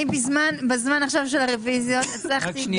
בטח שיש